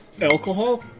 alcohol